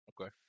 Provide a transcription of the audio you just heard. Okay